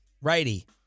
righty